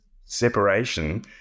separation